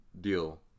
deal